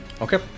Okay